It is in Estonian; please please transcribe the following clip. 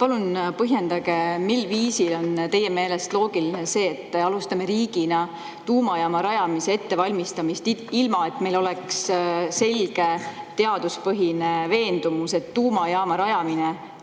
Palun põhjendage, mil viisil on teie meelest loogiline see, et me alustame riigina tuumajaama rajamise ettevalmistamist, ilma et meil oleks selge teaduspõhine veendumus, et tuumajaama rajamine